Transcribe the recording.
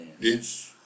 Yes